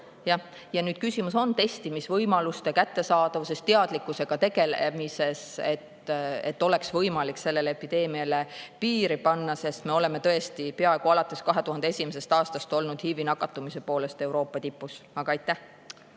Jah, jah. Küsimus on testimisvõimaluste kättesaadavuses, teadlikkusega tegelemises, et oleks võimalik sellele epideemiale piiri panna, sest me oleme tõesti peaaegu alates 2001. aastast olnud HIV‑i nakatumise poolest Euroopa tipus. Jaa, aitäh!